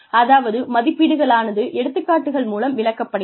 அதாவது மதிப்பீடுகளானது எடுத்துக் காட்டுகள் மூலம் விளக்கப்படுகிறது